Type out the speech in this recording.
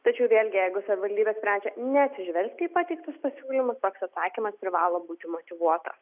tačiau vėlgi jeigu savivaldybės sprendžia neatsižvelgti į pateiktus pasiūlymus toks atsakymas privalo būti motyvuotas